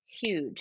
huge